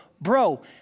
Bro